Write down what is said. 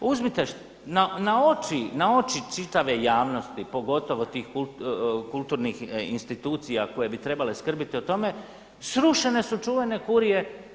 Uzmite na oči čitave javnosti pogotovo tih kulturnih institucija koje bi trebale skrbiti o tome srušene su čuvene kurije.